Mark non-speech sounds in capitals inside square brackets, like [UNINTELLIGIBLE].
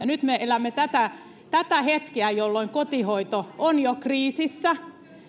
[UNINTELLIGIBLE] nyt me elämme tätä tätä hetkeä jolloin kotihoito on jo kriisissä